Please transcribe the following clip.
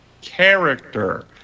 Character